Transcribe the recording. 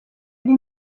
ari